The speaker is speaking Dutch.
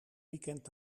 weekend